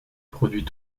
produit